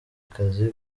kazi